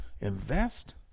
invest